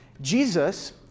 Jesus